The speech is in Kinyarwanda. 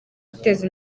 guteza